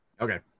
Okay